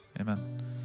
Amen